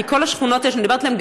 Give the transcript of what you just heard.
כי בכל השכונות שאני מדברת עליהן,